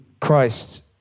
Christ